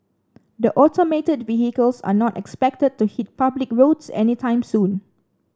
the automated vehicles are not expected to hit public roads anytime soon